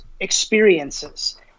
experiences